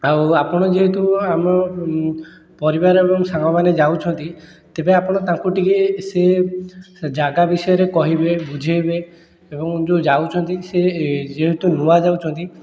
ଆଉ ଆପଣ ଯେହେତୁ ଆମ ପରିବାର ଏବଂ ସାଙ୍ଗମାନେ ଯାଉଛନ୍ତି ତେବେ ଆପଣ ତାଙ୍କୁ ଟିକେ ସେ ସେ ଜାଗା ବିଷୟରେ କହିବେ ବୁଝେଇବେ ଏବଂ ଯେଉଁ ଯାଉଛନ୍ତି ସେ ଯେହେତୁ ନୂଆ ଯାଉଛନ୍ତି